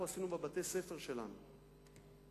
עשינו בבתי-הספר שלנו בנושא המחשוב.